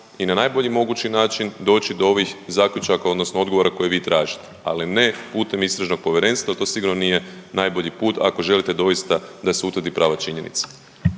i na najbolji mogući način doći do ovih zaključaka odnosno odgovora koje vi tražite, ali ne putem Istražnog povjerenstva. To sigurno nije najbolji put ako želite doista da se utvrdi prava činjenica.